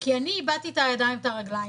כי אני איבדתי את הידיים ואת הרגליים.